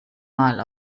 mal